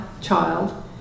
child